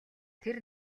тэр